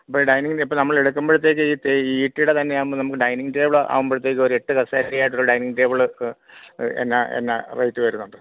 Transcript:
ഇപ്പം ഡൈനിങ് ഇപ്പം നമ്മൾ എടുക്കുമ്പോഴത്തേക്ക് ഈ ഈ ഈട്ടിയുടെ തന്നെയാകുമ്പം നമുക്ക് ഡൈനിംഗ്ങ് ടേബിള് ആകുമ്പോഴത്തേക്ക് ഒരു എട്ട് കസേരയായിട്ടുള്ള ഡൈനിങ് ടേബിള് എന്നാ എന്നാ റേറ്റ് വരുന്നുണ്ട്